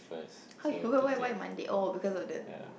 !aiyo! why why Monday oh because of the